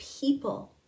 people